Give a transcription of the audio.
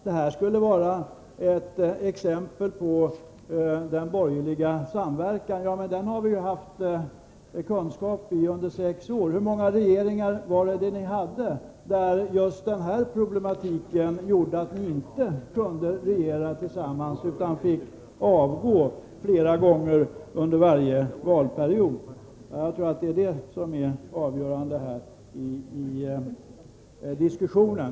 Detta skulle alltså vara ett exempel på borgerlig samverkan. Ja, vi har ju fått kunskap om borgerlig samverkan under sex år. Hur många regeringar var det ni hade? Just den här problematiken gjorde ju att ni inte kunde regera tillsammans utan fick avgå flera gånger under varje valperiod. Jag tror att det är det som är det avgörande i den här diskussionen.